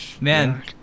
man